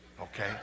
okay